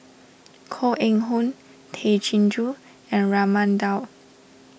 Koh Eng Hoon Tay Chin Joo and Raman Daud